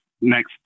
next